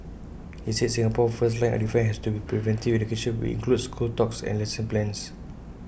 he said Singapore's first line of defence has to be preventive education which includes school talks and lesson plans